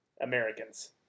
Americans